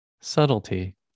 Subtlety